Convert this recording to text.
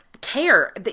care